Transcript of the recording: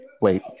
Wait